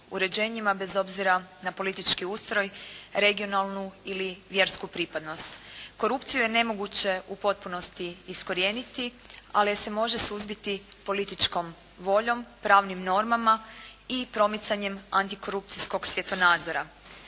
uređenjima bez obzira na politički ustroj, regionalnu ili vjersku pripadnost. Korupciju je nemoguće u potpunosti iskorijeniti, ali je se može suzbiti političkom voljom, pravnim normama i promicanjem antikorupcijskog svjetonazora.